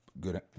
good